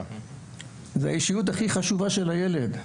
זה אישיות הכי חשובה של הילד.